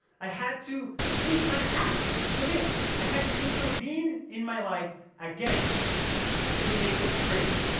i had to think of an app to make. i had to intervene in my life again to make it great.